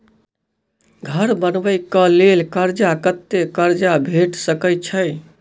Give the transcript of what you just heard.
घर बनबे कऽ लेल कर्जा कत्ते कर्जा भेट सकय छई?